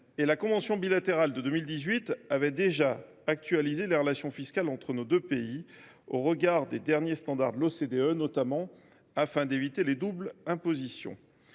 la convention bilatérale de 2018 a déjà actualisé les relations fiscales entre nos deux pays au regard des derniers standards de l’OCDE, notamment afin d’éviter les doubles impositions.